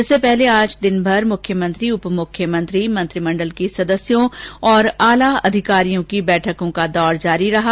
इससे पहले आज दिनभर मुख्यमंत्री उपमुख्यमंत्री मंत्रिमण्डल के सदस्यों और आला अधिकारियों की बैठकों का दौर जारी रहा